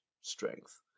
strength